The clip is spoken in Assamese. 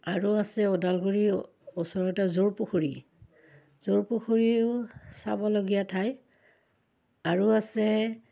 আৰু আছে ওদালগুৰি ওচৰতে যোৰপুখুৰী যোৰপুখুৰীও চাবলগীয়া ঠাই আৰু আছে